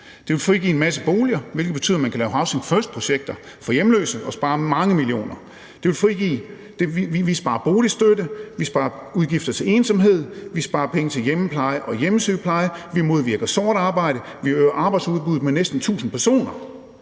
Det vil frigive en masse boliger, hvilket betyder, at man kan lave housing first-projekter for hjemløse og spare mange millioner. Vi sparer boligstøtte, vi sparer udgifter forbundet til ensomhed, vi sparer penge til hjemmepleje og hjemmesygepleje, vi modvirker sort arbejde, vi øger arbejdsudbuddet med næsten 1.000 personer,